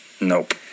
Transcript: Nope